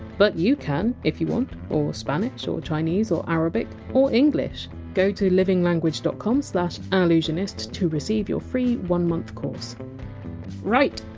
but you can, if you want or spanish, or chinese, or arabic, or english go to livinglanguage dot com slash allusionist to receive your free one month course right,